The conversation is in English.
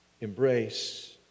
embrace